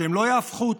שהם לא יהפכו אותה,